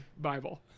Bible